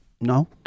no